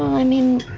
i mean,